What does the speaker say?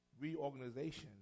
reorganization